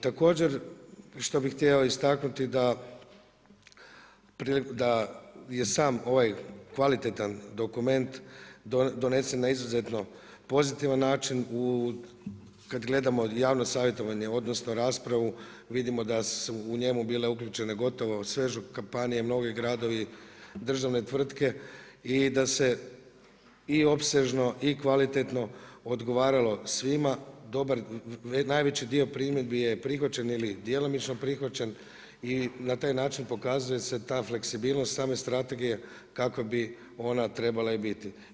Također što bih htio istaknuti da je sam ovaj kvalitetan dokument donesen na izuzetno pozitivan način u kada gledamo javno savjetovanje, odnosno raspravu, vidimo da su u njemu bile uključene gotovo sve županije, mnogi gradovi, državne tvrtke i da se i opsežno i kvalitetno odgovaralo svima, dobar, najveći dio primjedbi je prihvaćen ili djelomično prihvaćen i na taj način pokazuje se ta fleksibilnost same strategije kakva bi ona trebala i biti.